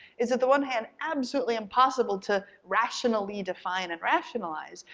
is at the one hand absolutely impossible to rationally define and rationalize,